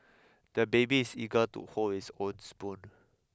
the baby is eager to hold his own spoon